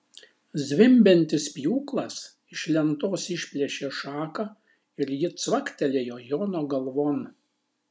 zvimbiantis pjūklas iš lentos išplėšė šaką ir ji cvaktelėjo jono galvon